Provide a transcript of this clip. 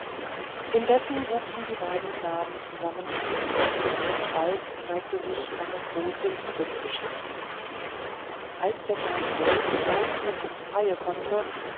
indessen wuchsen die beiden knaben zusammen auf und bald zeigte sich eine große liebe zwischen ihnen als der kleine wolf erst mit ins freie konnte